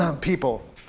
people